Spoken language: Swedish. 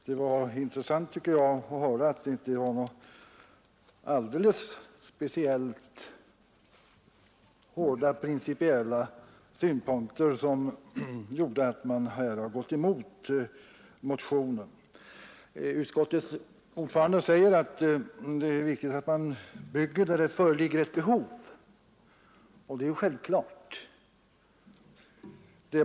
Herr talman! Det var intressant att höra att det inte var speciellt hårda principiella synpunkter som gjort att utskottet har gått emot motionen. Utskottets ordförande säger att det är viktigt att man bygger där det föreligger ett behov, och det är ju självklart.